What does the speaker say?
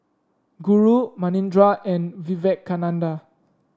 Guru Manindra and Vivekananda